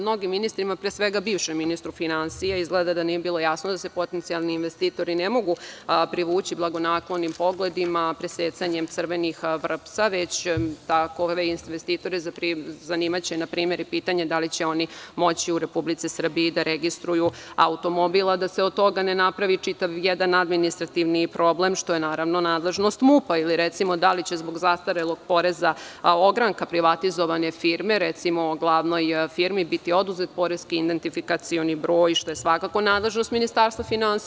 Mnogim ministrima, pre svega bivšem ministru finansija, izgleda da nije bilo jasno da se potencijalni investitori ne mogu privući blagonaklonim pogledima, presecanjem crvenih vrpca, već će investitore zanimati npr. pitanje da li će oni moći u Republici Srbiji da registruju automobil, a da se od toga ne napravi jedan čitav administrativni problem, što je nadležnost MUP ili recimo da li će zbog zastarelog poreza ogranka privatizovane firme, recimo, glavnoj firmi biti oduzet PIB, što je svakako nadležnost Ministarstva finansija.